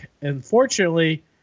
unfortunately